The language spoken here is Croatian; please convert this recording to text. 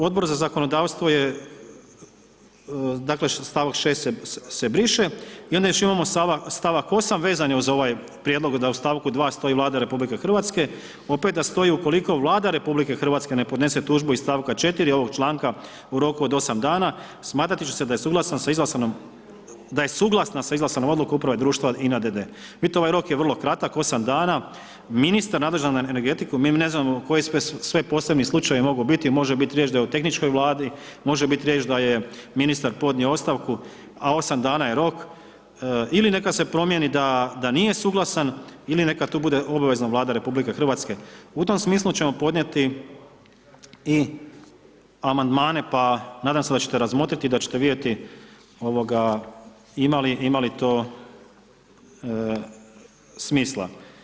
Odbor za zakonodavstvo je, dakle, st. 6. se briše i onda još imamo st. 8., vezan je uz ovaj prijedlog da u st. 2. stoji „Vlada RH“, opet da stoji „ukoliko Vlada RH ne podnese tužbu iz st. 4. ovog članka u roku od 8 dana, smatrati će se da je suglasna sa izglasanom odlukom uprave društva INA d.d.“ Vidite ovaj rok je vrlo kratak, 8 dana, ministar nadležan za energetiku, ne znam koji sve posebni slučajevi mogu biti, može biti riječ da je o tehničkoj Vladi, može biti riječ da je ministar podnio ostavku, a 8 dana je rok ili neka se promijeni da nije suglasan ili neka tu bude obavezno „Vlada RH“, u tome smislu ćemo podnijeti i amandmane, pa nadam se da ćete razmotriti i da ćete vidjeti ima li to smisla.